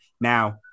Now